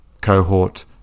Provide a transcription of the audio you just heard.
cohort